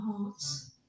hearts